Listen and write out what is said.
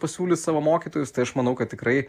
pasiūlys savo mokytojus tai aš manau kad tikrai